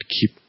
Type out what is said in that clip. keep